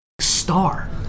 star